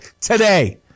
today